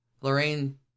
Lorraine